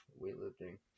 weightlifting